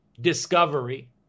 discovery